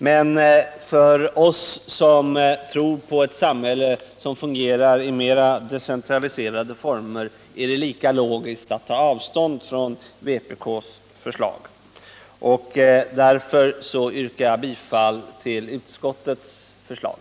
Men för oss som tror på ett samhälle som fungerar i mera decentraliserade former är det lika logiskt att ta avstånd från vpk:s förslag, och därför yrkar jag bifall till utskottets förslag.